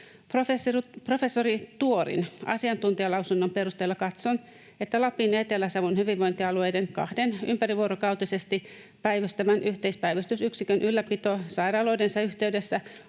Professori Tuorin asiantuntijalausunnon perusteella katson, että Lapin ja Etelä-Savon hyvinvointialueiden kahden ympärivuorokautisesti päivystävän yhteispäivystysyksikön ylläpito sairaaloidensa yhteydessä